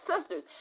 sisters